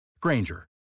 Granger